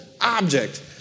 object